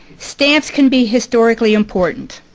stamps can be historically important.